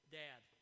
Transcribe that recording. dad